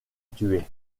tuer